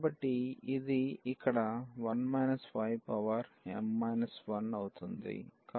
కాబట్టి ఇది ఇక్కడ 1 ym 1అవుతుంది